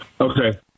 Okay